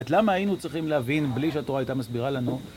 למה היינו צריכים להבין בלי שהתורה הייתה מסבירה לנו